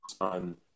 On